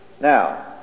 Now